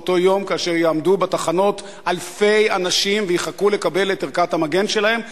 באותו יום כאשר יעמדו בתחנות אלפי אנשים ויחכו לקבל את ערכת המגן שלהם,